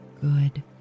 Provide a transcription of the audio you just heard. good